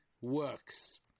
works